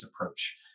approach